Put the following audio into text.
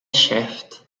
seift